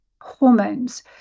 hormones